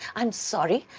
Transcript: i'm sorry.